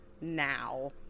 now